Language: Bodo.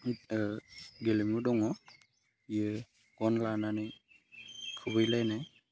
गेलेमु दङ बेयो गन लानानै खुबैलायनाय